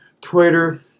Twitter